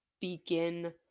begin